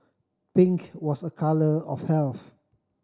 pink was a colour of health